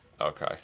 Okay